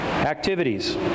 Activities